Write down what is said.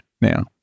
Now